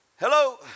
Hello